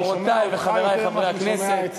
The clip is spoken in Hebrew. חברותי וחברי חברי הכנסת,